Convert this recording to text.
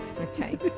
Okay